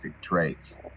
traits